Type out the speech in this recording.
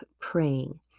praying